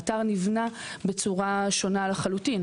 האתר נבנה בצורה שונה לחלוטין.